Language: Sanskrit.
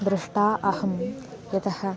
दृष्टा अहं यतः